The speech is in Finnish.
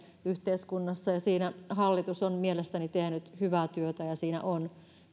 yhteiskunnassa siinä hallitus on mielestäni tehnyt hyvää työtä ja hallitusohjelmassa on